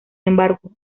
embargo